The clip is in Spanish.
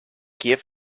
kiev